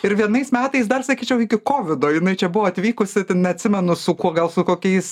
ir vienais metais dar sakyčiau iki kovido jinai čia buvo atvykusi neatsimenu su kuo gal su kokiais